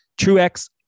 Truex